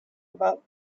about